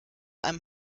einem